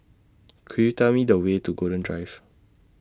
Could YOU Tell Me The Way to Golden Drive